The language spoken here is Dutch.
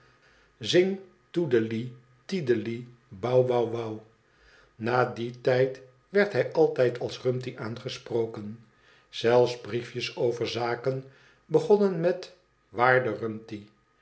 na dien tijd werd hij altijd als rumty aangesproken zelfs brief jea over zaken begonnen met waarde rumty